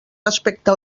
respecte